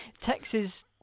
Texas